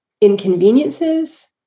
inconveniences